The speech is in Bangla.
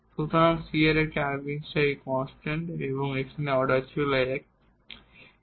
সুতরাং c একটি আরবিটারি কনস্ট্যান্ট এবং এখানে অর্ডার ছিল 1